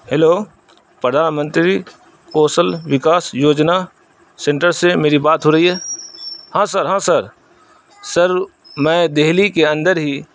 hello Pradhan Mantri Kaushal Vikas Yojana centre سے میری بات ہو رہی ہے ہاں سر ہاں سر سر میں دہلی کے اندر ہی